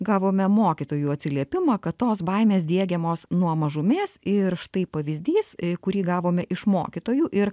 gavome mokytojų atsiliepimą kad tos baimės diegiamos nuo mažumės ir štai pavyzdys kurį gavome iš mokytojų ir